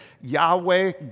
Yahweh